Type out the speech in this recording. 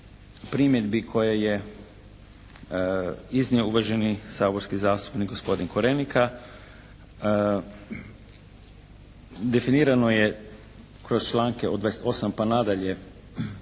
primjedbi koje je iznio uvaženi saborski zastupnik gospodin Korenika. Definirano je kroz članke od 28. pa na dalje